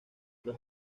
los